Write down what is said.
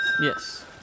Yes